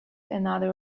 another